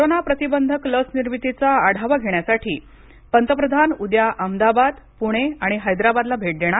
corona प्रतिबंधक लस निर्मितीचा आढावा घेण्यासाठी पंतप्रधान उद्या अहमदाबाद पुणे आणि हैदराबादला भेट देणार